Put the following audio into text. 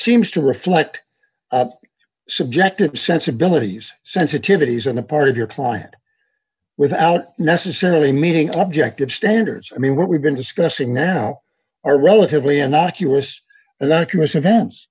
seems to reflect subjective sensibilities sensitivities on the part of your client without necessarily meeting object of standards i mean what we've been discussing now are relatively innocuous